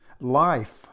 Life